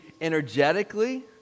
energetically